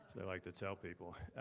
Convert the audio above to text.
i like to tell people.